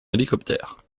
hélicoptère